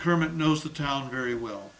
herman knows the town very well